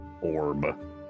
orb